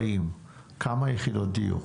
40'. כמה יחידות דיור?